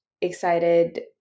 excited